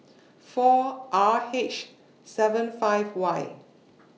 four R H seven five Y